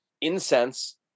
incense